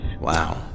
Wow